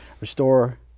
restore